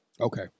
Okay